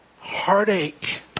Heartache